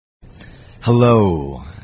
Hello